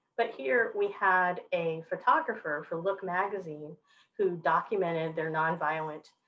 but here we had a photographer for look magazine who documented their non-violent